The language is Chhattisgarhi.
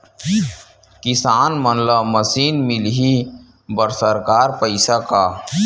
किसान मन ला मशीन मिलही बर सरकार पईसा का?